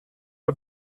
are